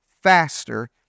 faster